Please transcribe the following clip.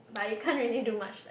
but you can't really do much like